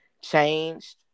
changed